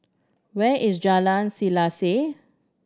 where is Jalan Selaseh